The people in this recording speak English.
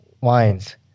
Wines